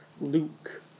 Luke